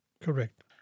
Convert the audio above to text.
Correct